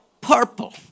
Purple